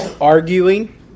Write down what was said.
arguing